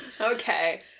Okay